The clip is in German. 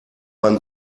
man